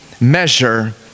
measure